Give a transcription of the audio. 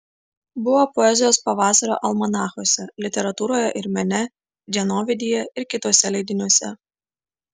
buvo poezijos pavasario almanachuose literatūroje ir mene dienovidyje ir kituose leidiniuose